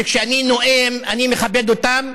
שכשהם נואמים אני מכבד אותם,